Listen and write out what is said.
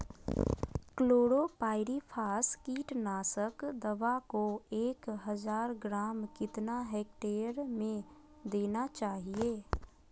Chlorpyrifos कीटनाशक दवा को एक हज़ार ग्राम कितना हेक्टेयर में देना चाहिए?